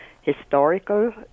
historical